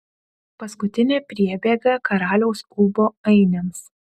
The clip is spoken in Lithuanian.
paskutinė priebėga karaliaus ūbo ainiams